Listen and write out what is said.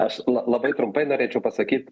aš la labai trumpai norėčiau pasakyt